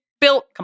built